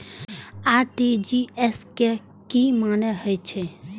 RTGS के की मानें हे छे?